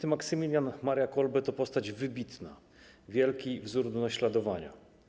Św. Maksymilian Maria Kolbe to postać wybitna, wielki wzór do naśladowania.